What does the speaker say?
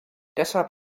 deshalb